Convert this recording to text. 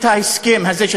את ההסכם הזה,